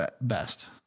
best